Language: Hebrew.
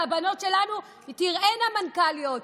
שהבנות שלנו תראינה מנכ"ליות.